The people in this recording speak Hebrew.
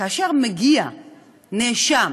כאשר מגיע נאשם,